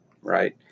right